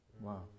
Wow